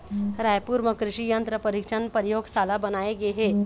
रायपुर म कृसि यंत्र परीक्छन परयोगसाला बनाए गे हे